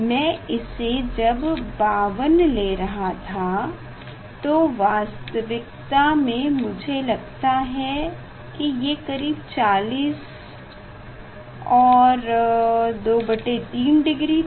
मैं इसे जब 52 ले रहा था तो वास्तविकता में मुझे लगता है ये करीब 40 और 23 डिग्री था